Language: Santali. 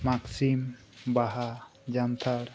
ᱢᱟᱜᱽᱥᱤᱢ ᱵᱟᱦᱟ ᱡᱟᱱᱛᱷᱟᱲ